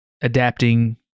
adapting